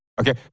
Okay